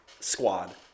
squad